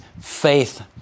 faith